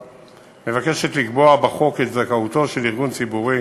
מבקשת לקבוע בחוק את זכאותו של ארגון ציבורי